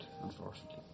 unfortunately